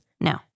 No